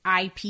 ip